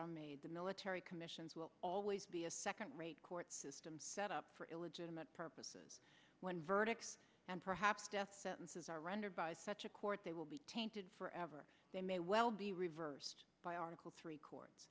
are made the military commissions will always be a second rate court system set up for illegitimate purposes when verdict and perhaps death sentences are rendered by such a court they will be tainted forever they may well be reversed by article